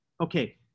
Okay